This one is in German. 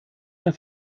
der